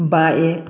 bye